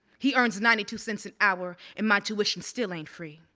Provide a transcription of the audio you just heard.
he earns ninety two cents an hour and my tuition still ain't free.